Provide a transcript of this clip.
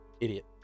Idiot